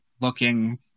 looking